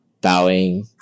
bowing